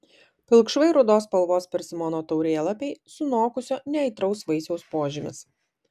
pilkšvai rudos spalvos persimono taurėlapiai sunokusio neaitraus vaisiaus požymis